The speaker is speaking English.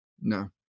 No